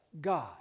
God